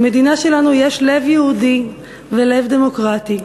למדינה שלנו יש לב יהודי ולב דמוקרטי.